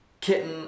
Kitten